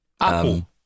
Apple